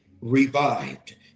revived